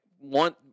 want